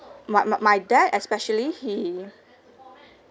my my my dad especially he